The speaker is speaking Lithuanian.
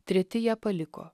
treti ją paliko